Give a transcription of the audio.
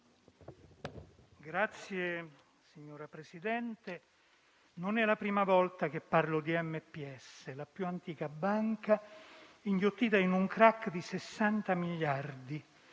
Signora Presidente, non è la prima volta che parlo di MPS, la più antica banca, inghiottita in un *crack* di 60 miliardi,